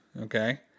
Okay